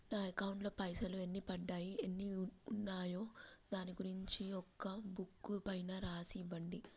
నా అకౌంట్ లో పైసలు ఎన్ని పడ్డాయి ఎన్ని ఉన్నాయో దాని గురించి ఒక బుక్కు పైన రాసి ఇవ్వండి?